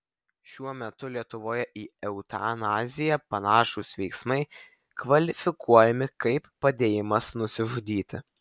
šiuo metu lietuvoje į eutanaziją panašūs veiksmai kvalifikuojami kaip padėjimas nusižudyti